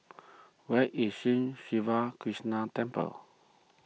where is Sri Siva Krishna Temple